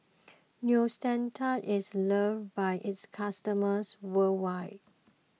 Neostrata is loved by its customers worldwide